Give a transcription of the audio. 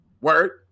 Word